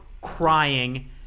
crying